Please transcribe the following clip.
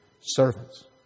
servants